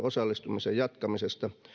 osallistumisen jatkamisesta